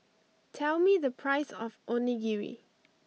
tell me the price of Onigiri